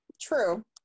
True